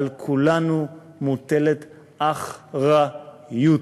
על כולנו מוטלת אחריות.